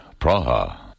Praha